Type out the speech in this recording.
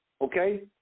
okay